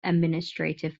administrative